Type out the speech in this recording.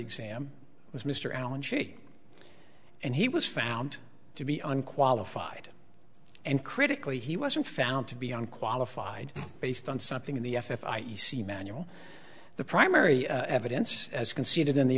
exam was mr allan she and he was found to be unqualified and critically he wasn't found to be on qualified based on something in the f f i e c manual the primary evidence as conceded in the